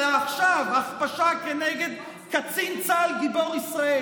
אלא עכשיו הכפשה של קצין צה"ל גיבור ישראל,